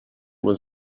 was